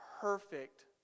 perfect